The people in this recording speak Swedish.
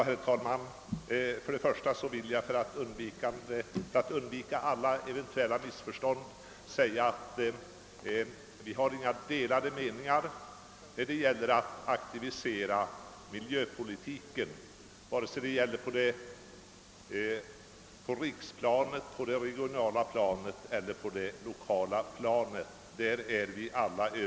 Herr talman! För att undvika alla eventuella missförstånd vill jag säga att det inte råder några delade meningar om behovet att aktivisera miljöpolitiken på riksplanet, på det regionala planet och på det kommunala planet.